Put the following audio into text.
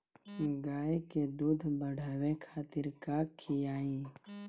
गाय के दूध बढ़ावे खातिर का खियायिं?